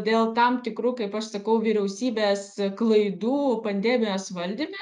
dėl tam tikrų kaip aš sakau vyriausybės klaidų pandemijos valdyme